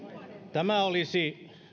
tämä olisi kuitenkin